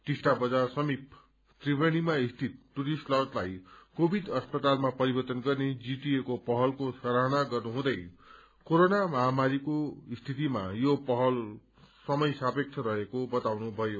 टिस्टा बजार समीप त्रिवेणीमा स्थित टुरिस्ट लजलाई कोविड अस्पतालमा परिवर्तन गर्ने जीटीएको पहलको सराहना गर्नुहुँदै कोरोना महामारीको स्थितिको यो पहल समय सापेक्ष रहेको बताउनु भयो